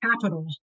capital